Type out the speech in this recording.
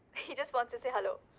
he just wants to say hello.